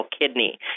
kidney